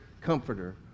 comforter